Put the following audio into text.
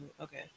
okay